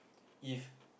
if